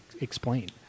explain